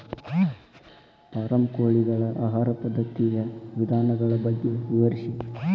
form ಕೋಳಿಗಳ ಆಹಾರ ಪದ್ಧತಿಯ ವಿಧಾನಗಳ ಬಗ್ಗೆ ವಿವರಿಸಿ